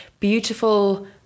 Beautiful